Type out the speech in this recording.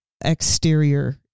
exterior